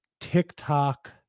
TikTok